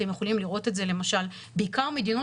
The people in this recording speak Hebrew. אתם יכולים לראות את זה למשל בעיקר במדינות